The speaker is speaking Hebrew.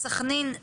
סחנין,